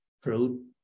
fruit